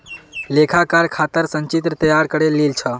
लेखाकार खातर संचित्र तैयार करे लील छ